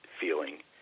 feeling